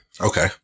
Okay